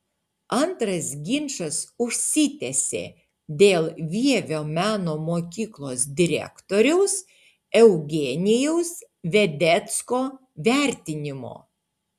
antras ginčas užsitęsė dėl vievio meno mokyklos direktoriaus eugenijaus vedecko vertinimo